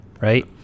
Right